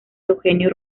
eugenio